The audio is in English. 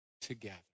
together